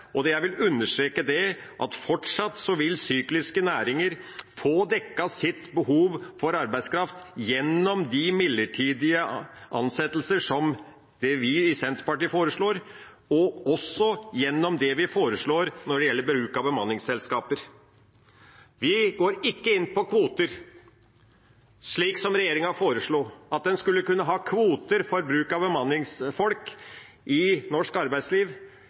i dette. Jeg vil understreke at fortsatt vil sykliske næringer få dekket sitt behov for arbeidskraft gjennom de midlertidige ansettelser som vi i Senterpartiet foreslår, og også gjennom det vi foreslår når det gjelder bruk av bemanningsselskaper. Vi går ikke inn på kvoter, som regjeringa foreslo – at en skal kunne ha kvoter for bruk av bemanningsfolk i norsk arbeidsliv